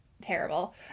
terrible